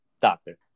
doctor